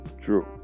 True